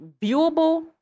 viewable